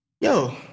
yo